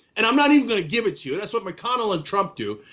and i'm not even gonna give it to you, that's what mcconnell and trump do,